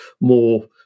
more